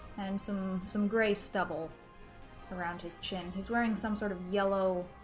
and some, some gray stubble around his chin. he's wearing some sort of yellow